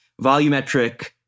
volumetric